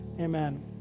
amen